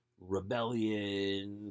rebellion